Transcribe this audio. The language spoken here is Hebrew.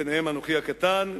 ביניהם אנוכי הקטן,